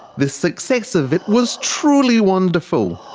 the success of it was truly wonderful.